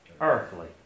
earthly